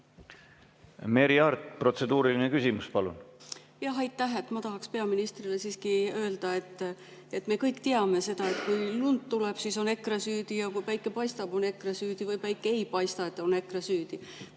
Merry Aart, protseduuriline küsimus, palun! Aitäh! Ma tahaksin peaministrile siiski öelda, et me kõik teame seda, et kui lund tuleb, siis on EKRE süüdi, ja kui päike paistab, on EKRE süüdi, või kui päike ei paista, on EKRE süüdi.